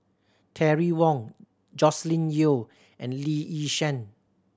Terry Wong Joscelin Yeo and Lee Yi Shyan